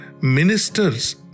ministers